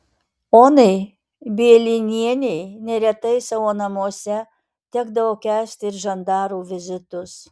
onai bielinienei neretai savo namuose tekdavo kęsti ir žandarų vizitus